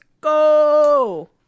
go